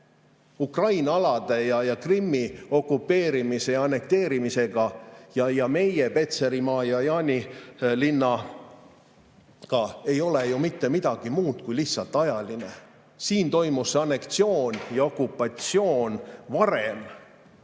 Ukraina alade ja Krimmi okupeerimise ja annekteerimise ning meie Petserimaa ja Jaanilinna vahel ei ole ju mitte midagi muud kui lihtsalt ajaline. Siin toimus see anneksioon ja okupatsioon varem.